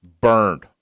Burned